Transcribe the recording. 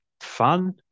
fun